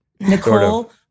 Nicole